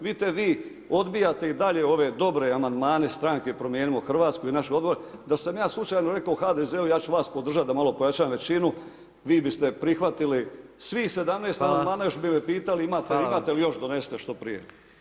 Vidite vi, odbijate i dalje ove dobre amandmane stranke Promijenimo Hrvatsku i naš … da sam ja slučajno rekao HDZ-u ja ću vas podržati, da malo pojačam većinu, vi biste prihvatili svih 17 amandmana, još bi me pitali imate li još, donesite što prije.